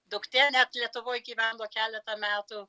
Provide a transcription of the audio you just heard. duktė net lietuvoj gyveno keletą metų